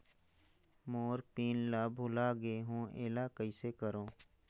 मोर pin ला भुला गे हो एला कइसे करो?